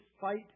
fight